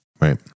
right